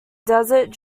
desert